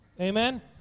Amen